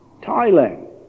Thailand